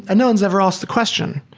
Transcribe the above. and no one's ever asked the question.